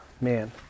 Man